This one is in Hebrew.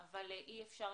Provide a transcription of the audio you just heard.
אבל אני חושבת